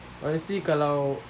honestly kalau